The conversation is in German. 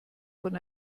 von